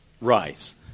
rise